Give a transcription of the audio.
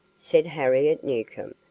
said harriet newcomb,